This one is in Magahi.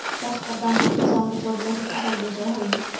सस्ता दाम पर किसान बिचौलिया के फसल बेचऽ हइ